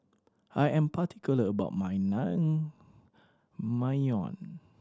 I am particular about my Naengmyeon